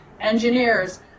engineers